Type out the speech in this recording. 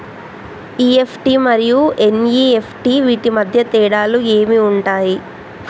EFT మరియు NEFT వీటి మధ్య తేడాలు ఏమి ఉంటాయి?